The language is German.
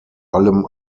allem